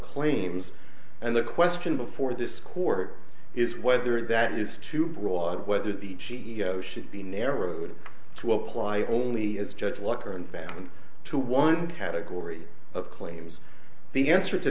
claims and the question before this court is whether that is too broad whether the cio should be narrowed to apply only as judge walker and bound to one category of claims the answer to